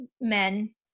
men